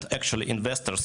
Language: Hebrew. ולמעשה, משקיעים